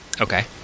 Okay